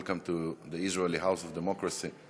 Welcome to the Israeli house of democracy,